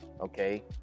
okay